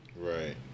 Right